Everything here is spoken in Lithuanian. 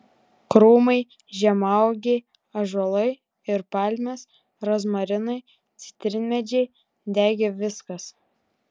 krūmai žemaūgiai ąžuolai ir palmės rozmarinai citrinmedžiai degė viskas